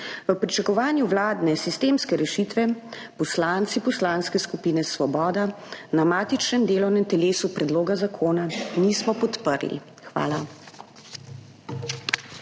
V pričakovanju vladne sistemske rešitve poslanci Poslanske skupine Svoboda na matičnem delovnem telesu predloga zakona nismo podprli. Hvala.